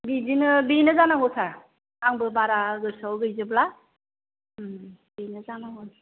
बिदिनो बेनो जानांगौ सार आंबो बारा गोसोआव गैजोबला बेनो जानांगौ